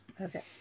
Okay